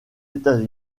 états